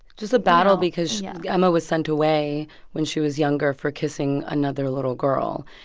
just a battle because emma was sent away when she was younger for kissing another little girl.